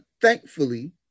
thankfully